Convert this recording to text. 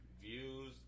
views